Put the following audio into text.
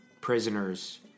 prisoners